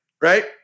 right